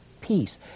peace